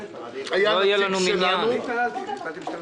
לא מקבלת כאלה שעברו בלשכת רואי החשבון.